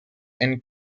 and